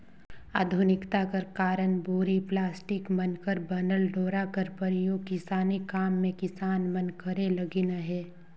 आधुनिकता कर कारन बोरी, पलास्टिक मन कर बनल डोरा कर परियोग किसानी काम मे किसान मन करे लगिन अहे